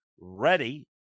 ready